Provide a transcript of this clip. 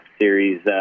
series